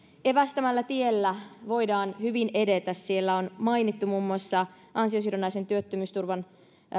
evästämällä tiellä voidaan hyvin edetä siellä on mainittu muun muassa ansiosidonnaisen työttömyysturvan